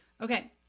Okay